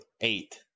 eight